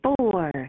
four